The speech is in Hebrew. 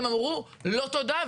הם אמרו לא תודה.